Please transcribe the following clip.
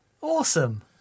Awesome